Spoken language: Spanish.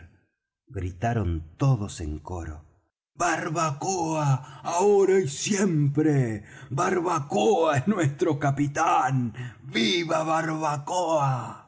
gritaron todos en coro barbacoa ahora y siempre barbacoa es nuestro capitán viva barbacoa